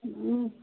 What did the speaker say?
ம்